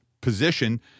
position